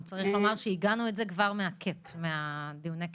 צריך לומר שעיגנו את זה כבר מדיוני הקאפ.